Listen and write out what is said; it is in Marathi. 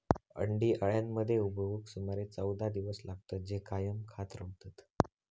अंडी अळ्यांमध्ये उबवूक सुमारे चौदा दिवस लागतत, जे कायम खात रवतत